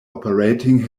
operating